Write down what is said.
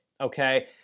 okay